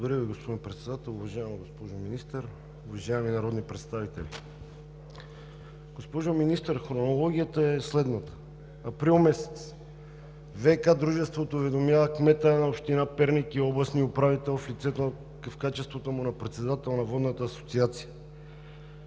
Ви, господин Председател. Уважаема госпожо Министър, уважаеми народни представители! Госпожо Министър, хронологията е следната: месец април ВиК дружеството уведомява кмета на община Перник и областния управител в качеството му на председател на Водната асоциация.